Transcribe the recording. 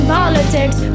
politics